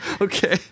okay